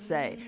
Say